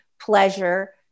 pleasure